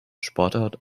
sportart